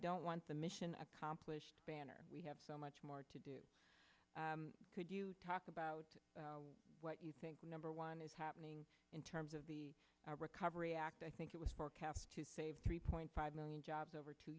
don't want the mission accomplished banner we have so much more to do could you talk about what you think the number one is happening in terms of the recovery act i think it was forecast to save three point five million jobs over two